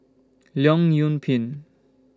Leong Yoon Pin